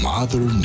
Mother